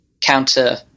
counter